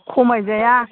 खमाय जाया